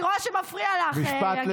אני רואה שמפריע לך, גברת.